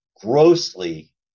grossly